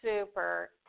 super